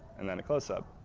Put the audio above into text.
and then a close-up.